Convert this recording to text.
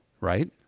right